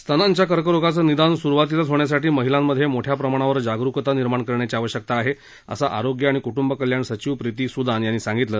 स्तनांच्या कर्करोगाचं निदान सुरवातीलाच होण्यासाठी महिलांमधे मोठया प्रमाणावर जागरुकता निर्माण करण्याची आवश्यकता आहे असं आरोग्य आणि कुटुंबकल्याण सचिव प्रिती सुदान यांनी सांगितलं